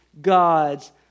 God's